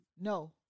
No